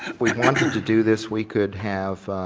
we wanted to do this we could have,